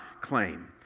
claim